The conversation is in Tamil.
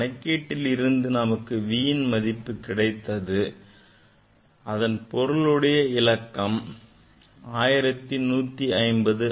கணக்கீட்டில் இருந்து நமக்கு v மதிப்பு கிடைத்தது அதன் பொருள் உடைய இலக்கம் v is 1150